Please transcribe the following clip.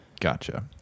Gotcha